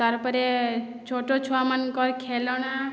ତା'ର ପରେ ଛୋଟଛୁଆ ମାନଙ୍କର ଖେଳଣା